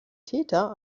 täter